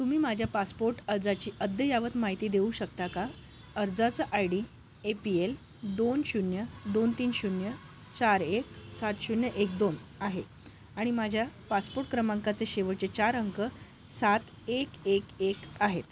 तुम्ही माझ्या पासपोर्ट अर्जाची अद्ययावत माहिती देऊ शकता का अर्जाचं I D A P L दोन शून्य दोन तीन शून्य चार एक सात शून्य एक दोन आहे आणि माझ्या पासपोर्ट क्रमांकाचे शेवटचे चार अंक सात एक एक एक आहेत